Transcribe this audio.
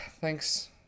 thanks